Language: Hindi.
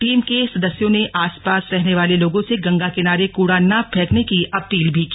टीम के सदस्यों ने आसपास रहने वाले लोगों से गंगा किनारे कूड़ा न फेंकने की अपील भी की